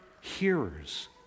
hearers